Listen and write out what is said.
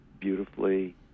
beautifully